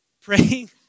Praying